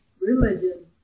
religion